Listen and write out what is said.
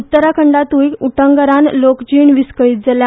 उत्तराखंडातुय उटंगरांन लोकजीण विस्कळीत जाल्या